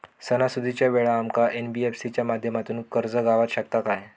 सणासुदीच्या वेळा आमका एन.बी.एफ.सी च्या माध्यमातून कर्ज गावात शकता काय?